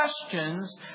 questions